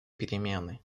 перемены